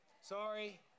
Sorry